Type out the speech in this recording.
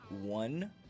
one